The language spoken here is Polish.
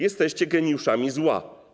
Jesteście geniuszami zła.